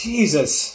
Jesus